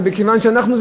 זה מכיוון שאנחנו,